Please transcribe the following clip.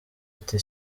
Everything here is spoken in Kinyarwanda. ati